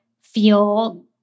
feel